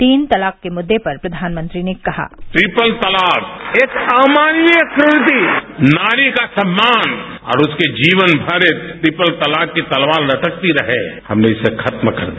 तीन तलाक के मुद्दे पर प्रधानमंत्री ने कहा ट्रिपल तलाक एक अमानवीय क्रृति नारी का सम्मान और उसके जीवन भर ट्रिपल तलाक की तलवार लटकती रहे हमने इसे खत्म कर दिया